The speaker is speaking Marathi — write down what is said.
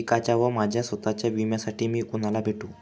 पिकाच्या व माझ्या स्वत:च्या विम्यासाठी मी कुणाला भेटू?